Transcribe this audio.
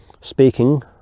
speaking